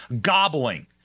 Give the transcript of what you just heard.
gobbling